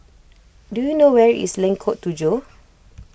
do you know where is Lengkok Tujoh